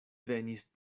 venis